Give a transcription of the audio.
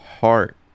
heart